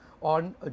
on